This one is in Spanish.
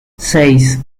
seis